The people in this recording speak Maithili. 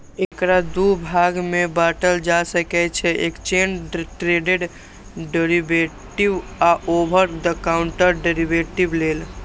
एकरा दू भाग मे बांटल जा सकै छै, एक्सचेंड ट्रेडेड डेरिवेटिव आ ओवर द काउंटर डेरेवेटिव लेल